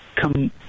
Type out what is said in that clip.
come